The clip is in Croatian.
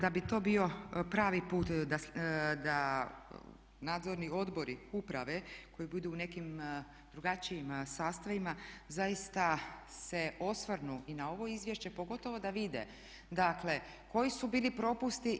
Da bi to bio pravi put da nadzorni odbori, uprave koji budu u nekim drugačijim sastavima zaista se osvrnu i na ovo izvješće, pogotovo da vide, dakle koji su bili propusti.